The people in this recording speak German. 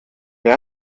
wer